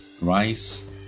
Rice